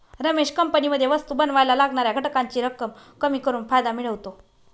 रमेश कंपनीमध्ये वस्तु बनावायला लागणाऱ्या घटकांची रक्कम कमी करून फायदा मिळवतो